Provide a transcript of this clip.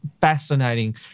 fascinating